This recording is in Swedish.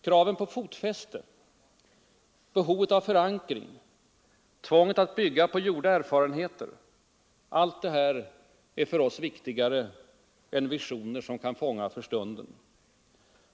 Kraven på fotfäste, behovet av förankring, tvånget att bygga på gjorda erfarenheter — allt det här är för oss viktigare än visioner som kan fånga för stunden.